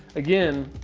again,